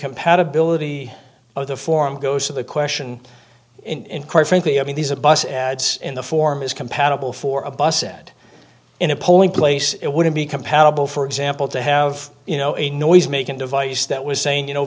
compatibility of the forum goes to the question in quite frankly i mean these are bus ads in the form is compatible for a bus and in a polling place it wouldn't be compatible for example to have you know a noise making device that was saying you know